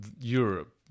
Europe